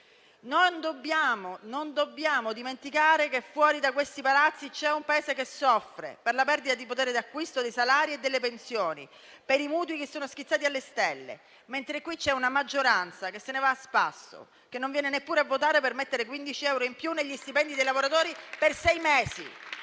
non dobbiamo dimenticare che fuori da questi palazzi c'è un Paese che soffre per la perdita di potere d'acquisto dei salari e delle pensioni, per i mutui che sono schizzati alle stelle, mentre qui c'è una maggioranza che se ne va a spasso, che non viene neppure a votare per mettere 15 euro in più negli stipendi dei lavoratori per sei mesi.